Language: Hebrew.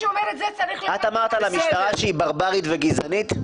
שאומר את זה צריך --- את אמרת שהמשטרה היא ברברית וגזענית?